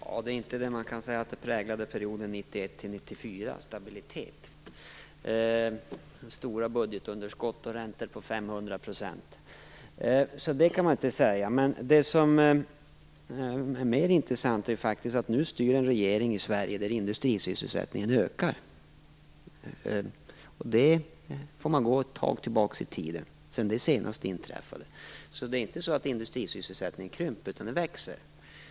Herr talman! Man kan ju i alla fall inte säga att stabilitet präglade perioden 1991-1994, då vi hade stora budgetunderskott och räntor på 500 %. Det som är mer intressant är att nu styr en regering i Sverige samtidigt som industrisysselsättningen ökar. Man får gå ett tag tillbaka i tiden för att se när det senast inträffade. Industrisysselsättningen har alltså inte krympt, utan den växer.